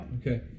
Okay